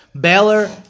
Baylor